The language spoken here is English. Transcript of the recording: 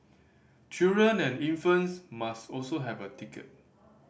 children and infants must also have a ticket